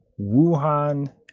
Wuhan